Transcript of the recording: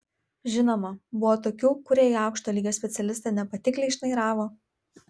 žinoma buvo tokių kurie į aukšto lygio specialistą nepatikliai šnairavo